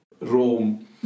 Rome